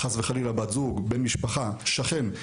חס וחלילה בת זוג, בן משפחה, שכן.